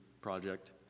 project